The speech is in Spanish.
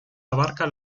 abarca